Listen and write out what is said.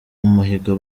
umuhigo